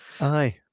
aye